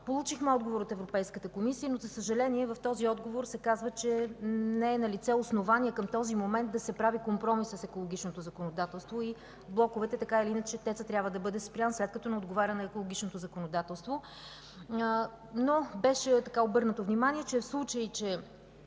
Получихме отговор от Европейската комисия, но за съжаление в него се казва, че не е налице основание към този момент да се прави компромис с екологичното законодателство и блоковете. Така или иначе ТЕЦ-ът трябва да бъде спрян, след като не отговаря на екологичното законодателство. Но беше обърнато внимание, в случай че